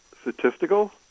statistical